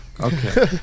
Okay